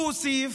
הוא הוסיף: